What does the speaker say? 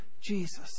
Jesus